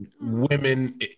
women